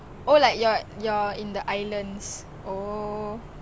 mm I've never been there also